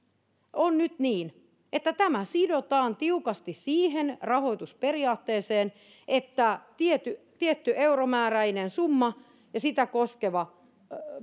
on nyt niin että tämä sidotaan tiukasti siihen rahoitusperiaatteeseen että tietty tietty euromääräinen summa ja sitä koskeva